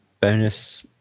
bonus